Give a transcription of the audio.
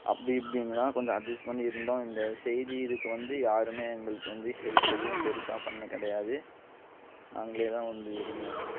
அப்படி இப்படின்னு தான் கொஞ்சம் அட்ஜஸ் பண்ணி இருந்தோம் இந்த செய்தி இதுக்கு வந்து யாருமே எங்களுக்கு வந்து ஹெல்ப் எதுவும் பெரிசா பண்ண கிடையாது நாங்களே தான் வந்து இருந்தோம்